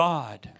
God